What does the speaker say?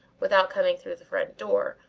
without coming through the front door,